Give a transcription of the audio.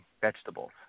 vegetables